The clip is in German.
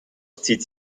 zieht